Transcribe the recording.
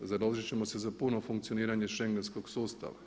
Založit ćemo se za puno funkcioniranje schengenskog sustava.